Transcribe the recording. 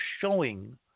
showing